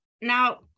Now